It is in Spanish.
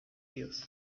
tíos